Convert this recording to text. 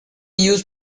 used